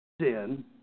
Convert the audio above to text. sin